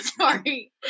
Sorry